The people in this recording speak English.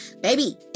baby